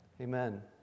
Amen